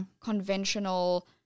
conventional